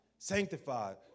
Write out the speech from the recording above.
sanctified